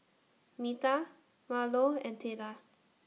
Metha Marlo and Tayla